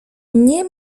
nie